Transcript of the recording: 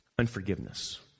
unforgiveness